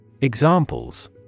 Examples